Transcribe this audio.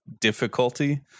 difficulty